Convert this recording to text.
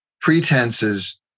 pretenses